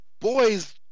boys